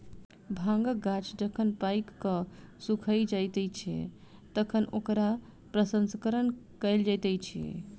भांगक गाछ जखन पाइक क सुइख जाइत छै, तखन ओकरा प्रसंस्करण कयल जाइत अछि